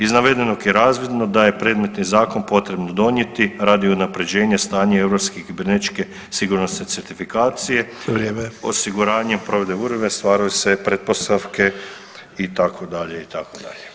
Iz navedenog je razvidno da je predmetni zakon potrebno donijeti radi unaprjeđenja stanja europske kibernetičke sigurnosne certifikacije [[Upadica: Vrijeme]] Osiguranjem provedbe uredbe stvaraju se pretpostavke itd., itd.